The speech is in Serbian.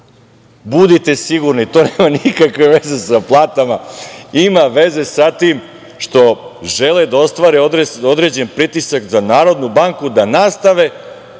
Budite sigurni, to nema nikakve veze sa platama. Ima veze sa tim što žele da ostvare određen pritisak na NBS da nastave